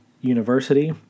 University